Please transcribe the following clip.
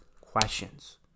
questions